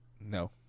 No